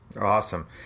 awesome